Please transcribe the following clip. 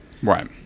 Right